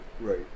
Right